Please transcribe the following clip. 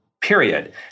period